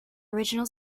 original